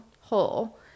hole